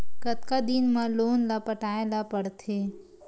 कतका दिन मा लोन ला पटाय ला पढ़ते?